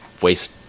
waste